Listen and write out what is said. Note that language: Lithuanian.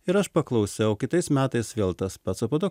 ir aš paklausiau kitais metais vėl tas pats o po to